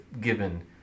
given